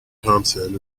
thomson